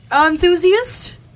enthusiast